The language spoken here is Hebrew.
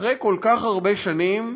אחרי כל כך הרבה שנים,